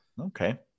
Okay